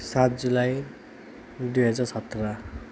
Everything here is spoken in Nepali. सात जुलाई दुई हजार सत्र